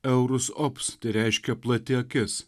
eurus ops tai reiškia plati akis